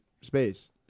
space